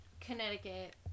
Connecticut